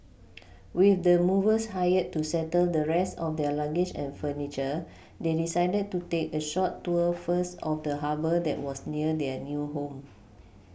with the movers hired to settle the rest of their luggage and furniture they decided to take a short tour first of the Harbour that was near their new home